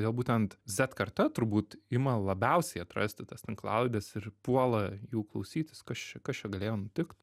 kodėl būtent z karta turbūt ima labiausiai atrasti tas tinklalaides ir puola jų klausytis kas čia kas čia galėjo nutikt